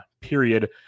Period